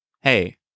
hey